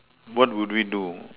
what would we do